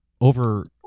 over